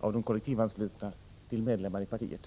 av de kollektivanslutna till medlemmar i partiet.